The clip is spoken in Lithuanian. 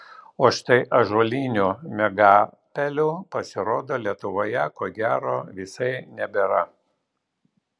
o štai ąžuolinių miegapelių pasirodo lietuvoje ko gero visai nebėra